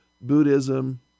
Buddhism